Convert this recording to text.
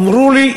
אמרו לי,